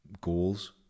goals